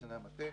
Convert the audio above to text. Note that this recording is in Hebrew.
קציני המטה,